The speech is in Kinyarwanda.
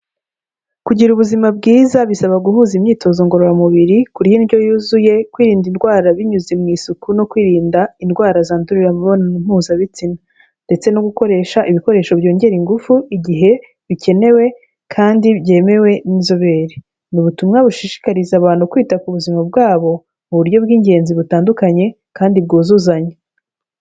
Kugira ubuzima bwiza bisaba guhuza imyitozo ngororamubiri, kurya indyo yuzuye, kwirinda indwara binyuze mu isuku no kwirinda indwara zandurira mu mibonano mpuzabitsina. Ndetse no gukoresha ibikoresho byongera ingufu igihe bikenewe kandi byemewe n'inzobere. Ni ubutumwa bushishikariza abantu kwita ku buzima bwabo, mu buryo bw'ingenzi butandukanye kandi bwuzuzanya.